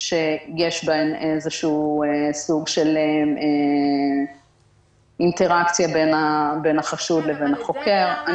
שיש בהן איזשהו סוג של אינטראקציה בין החשוד לבין החוקר.